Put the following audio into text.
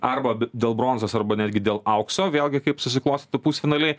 arba dėl bronzos arba netgi dėl aukso vėlgi kaip susiklostytų pusfinaliai